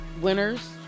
winners